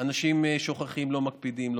אנשים שוכחים ולא מקפידים.